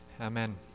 Amen